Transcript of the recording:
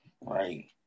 right